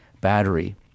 battery